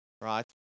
right